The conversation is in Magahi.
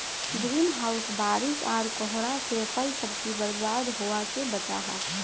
ग्रीन हाउस बारिश आर कोहरा से फल सब्जिक बर्बाद होवा से बचाहा